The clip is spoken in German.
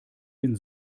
den